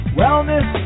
wellness